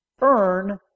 earn